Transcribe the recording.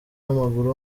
w’amaguru